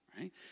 right